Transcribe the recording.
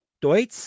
Deutsch